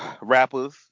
Rappers